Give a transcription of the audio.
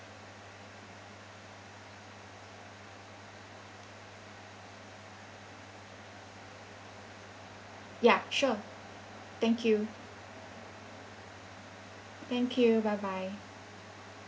ya sure thank you thank you bye bye